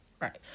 right